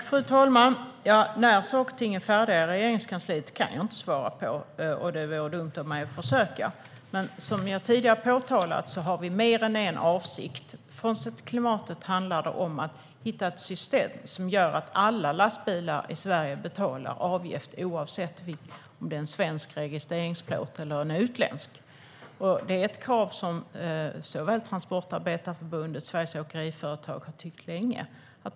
Fru talman! När saker och ting är färdiga i Regeringskansliet kan jag inte svara på, och det vore dumt av mig att försöka att göra det. Som jag tidigare har sagt har vi mer än en avsikt. Frånsett klimatet handlar det om att hitta ett system som gör att alla lastbilar i Sverige betalar en avgift, oavsett om det är en svensk eller en utländsk registreringsplåt. Det är ett krav som såväl Transportarbetareförbundet som Sveriges Åkeriföretag har haft länge.